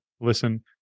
listen